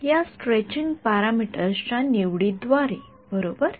या stretching parameters च्या निवडीद्वारे बरोबर